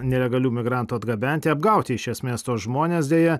nelegalių migrantų atgabenti apgauti iš esmės tuos žmones deja